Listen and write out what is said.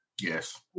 Yes